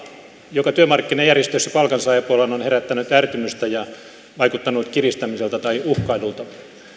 joka työmarkkinajärjestöissä palkansaajapuolella on herättänyt ärtymystä ja vaikuttanut kiristämiseltä tai uhkailulta